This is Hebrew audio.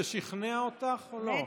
נטע, זה שכנע אותך או לא?